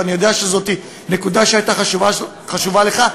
ואני יודע שזאת נקודה שהייתה חשובה לך,